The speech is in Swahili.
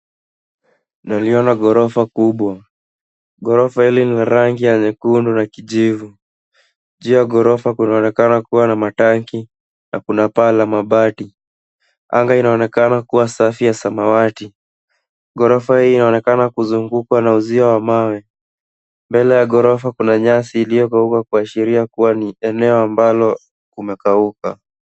Naliona ghorofa kubwa. Ghorofa hili ni la rangi ya nyekundu na kijivu. Juu ya ghorofa kunaonekana kuwa na matanki na kuna paa la mabati. Anga inaonekana kuwa safi ya samawati. ghorofa hii inaonekana kuzungukwa na uzio wa mawe. Mbele ya ghorofa kuna nyasi iliyokauka kuashiria kuwa ni eneo ambalo kumekauka.